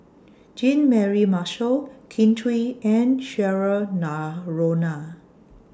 Jean Mary Marshall Kin Chui and Cheryl Noronha